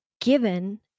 given